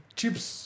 chips